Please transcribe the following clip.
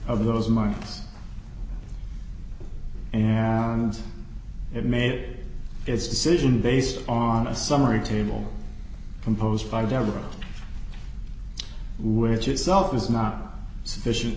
of those months and it made its decision based on a summary table composed by deborah which itself is not sufficient